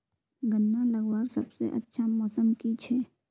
गन्ना लगवार सबसे अच्छा मौसम की छे?